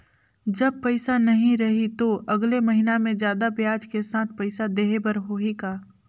जब पइसा नहीं रही तो अगले महीना मे जादा ब्याज के साथ पइसा देहे बर होहि का?